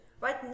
right